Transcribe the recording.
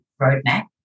roadmap